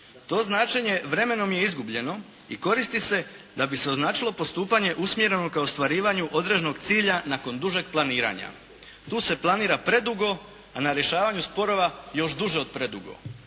To značenje vremenom je izgubljeno i koristi se da bi se označilo postupanje usmjereno ka ostvarivanju određenog cilja nakon dužeg planiranja. Tu se planira predugo, a na rješavanju sporova još duže od predugo